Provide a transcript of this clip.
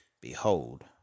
Behold